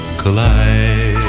collide